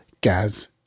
Gaz